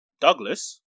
Douglas